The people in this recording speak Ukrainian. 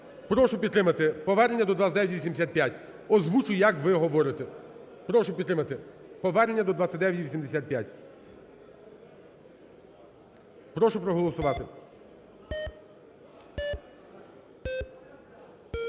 Прошу підтримати повернення до 2985. Озвучу, як ви говорите. Прошу підтримати повернення до 2985. Прошу проголосувати.